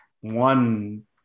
one